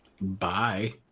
Bye